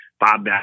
Bob